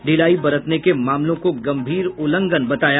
ढिलाई बरतने के मामलों को गंभीर उल्लंघन बताया